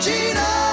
Gina